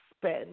spend